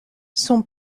son